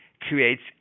creates